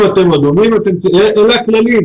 אם אתם אדומים, אלה הכללים.